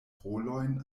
rolojn